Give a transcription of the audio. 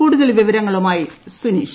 കൂടുതൽ വിവരങ്ങളുമായി സുനീഷ്